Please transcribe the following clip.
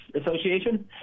association